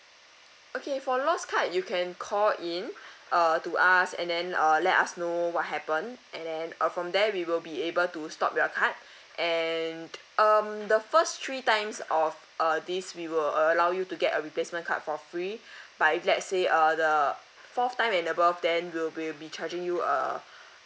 okay for lost card you can call in uh to us and then uh let us know what happened and then uh from there we will be able to stop your card and um the first three times of uh this we will a~ allow you to get a replacement card for free but if let say uh the fourth time and above then we'll we'll be charging you a